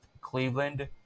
Cleveland